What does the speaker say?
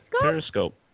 Periscope